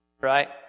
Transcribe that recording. right